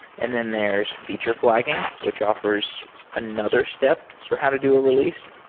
and then there's feature fl agging, which offers another step for how to do a release.